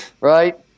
Right